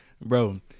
Bro